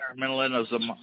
environmentalism